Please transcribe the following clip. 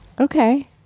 Okay